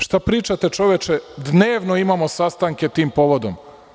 Šta pričate čoveče, dnevno imamo sastanke tim povodom?